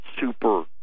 super